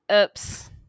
oops